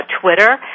Twitter